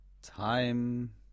time